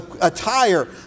attire